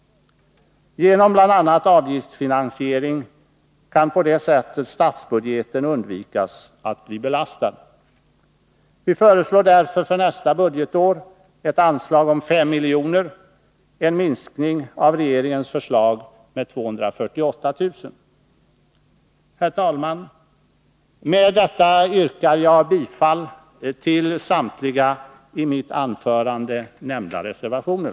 Genom bl.a. avgiftsfinansiering kan man på det sättet undvika att belasta statsbudgeten. Vi föreslår därför för nästa budgetår ett anslag om 5 milj.kr., en minskning av regeringens förslag med 248 000 kr. Herr talman! Med detta yrkar jag bifall till samtliga i mitt anförande nämnda reservationer.